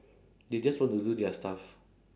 they just want to do their stuff